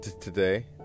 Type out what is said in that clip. today